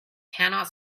cannot